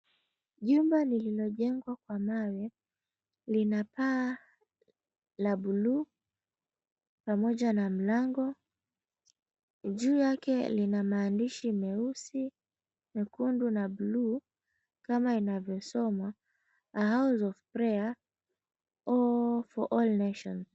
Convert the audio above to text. Jumba lililojengwa kwa mawe lina paa la blue pamoja na mlango. Juu yake kuna maandishi meusi, nyekundu na blue kama inayosomwa, "A house of prayer for all nations."